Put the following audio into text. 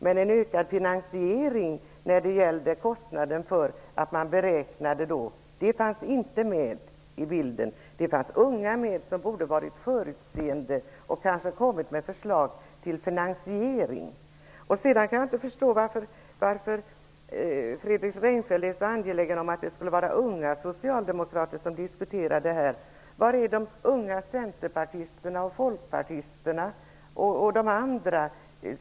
Men det fanns inte med någon beräkning av kostnaden i bilden. Det fanns unga människor som borde ha varit förutseende och kommit med några förslag till finansiering. Jag kan inte förstå varför Fredrik Reinfeldt är så angelägen om att det skall vara unga socialdemokrater som skall diskutera frågan här. Var är de unga center och folkpartisterna?